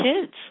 kids